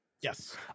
Yes